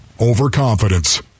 Overconfidence